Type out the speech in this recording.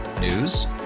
News